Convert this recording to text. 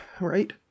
right